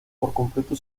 completo